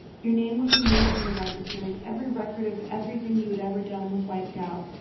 your name was removed from the registers, every record of everything you had ever done was wiped out,